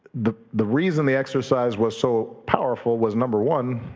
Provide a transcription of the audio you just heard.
the the reason the exercise was so powerful was number one,